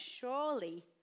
surely